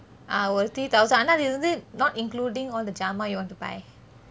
ah ஒரு:oru three thousand ஆனா இது வந்து:aana ithu vanthu not including all the ஜாமா:jaama you want to buy